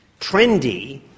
trendy